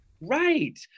Right